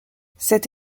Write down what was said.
cette